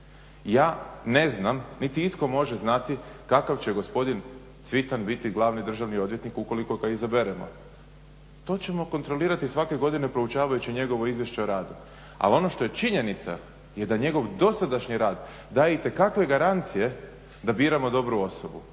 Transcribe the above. Ja ne znam, niti itko može znati kakav će gospodin Cvitan biti glavni državni odvjetnik ukoliko ga izaberemo. To ćemo kontrolirati svake godine proučavajući njegovo Izvješće o radu. Ali ono što je činjenica je da njegov dosadašnji rad daje itekakve garancije da biramo dobru osobu